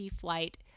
Flight